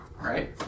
right